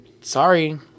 sorry